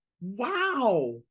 Wow